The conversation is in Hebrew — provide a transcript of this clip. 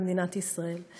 במדינת ישראל.